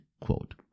quote